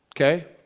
okay